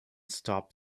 stop